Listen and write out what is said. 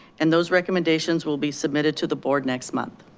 and those recommendations will be submitted to the board next month.